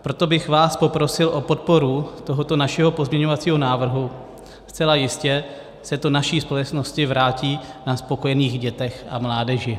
Proto bych vás poprosil o podporu tohoto našeho pozměňovacího návrhu, zcela jistě se to naší společnosti vrátí na spokojených dětech a mládeži.